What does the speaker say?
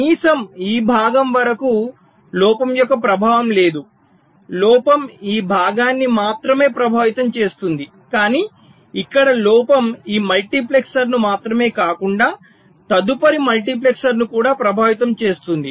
కనీసం ఈ భాగం వరకు లోపం యొక్క ప్రభావం లేదు లోపం ఈ భాగాన్ని మాత్రమే ప్రభావితం చేస్తుంది కానీ ఇక్కడ లోపం ఈ మల్టీప్లెక్సర్ను మాత్రమే కాకుండా తదుపరి మల్టీప్లెక్సర్ను కూడా ప్రభావితం చేస్తుంది